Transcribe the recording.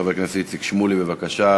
חבר הכנסת איציק שמולי, בבקשה.